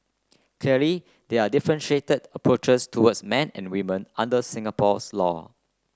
clearly there are differentiated approaches toward men and women under Singapore's laws